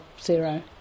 zero